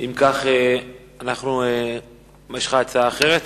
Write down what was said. יש לך הצעה אחרת?